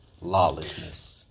lawlessness